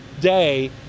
day